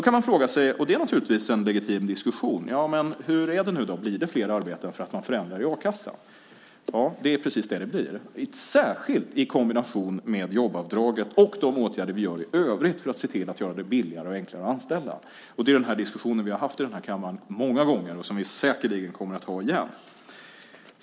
Man kan ställa sig frågan, och det är en legitim diskussion: Hur är det nu då? Blir det fler arbeten för att man förändrar i a-kassan? Det är precis vad det blir. Det gäller särskilt i kombination med jobbavdraget och de åtgärder vi gör i övrigt för att se till att göra det billigare och enklare att anställa. Det är den diskussionen vi har haft i kammaren många gånger och som vi säkerligen kommer att ha igen.